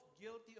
guilty